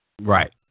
Right